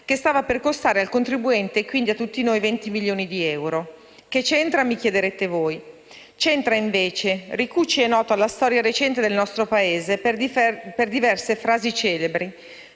che stava per costare al contribuente (e quindi a tutti noi) 20 milioni di euro. Voi mi chiederete cosa c'entra. C'entra invece. Ricucci è noto alla storia recente del nostro Paese per diverse frasi celebri,